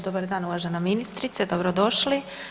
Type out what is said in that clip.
Dobar dan uvažena ministrice, dobro došli.